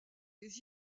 tes